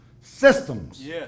systems